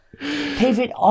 David